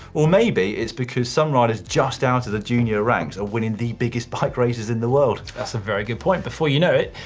well maybe it's because some riders, just out of the junior ranks, are winning the biggest bike races in the world. that's a very good point. before you know it,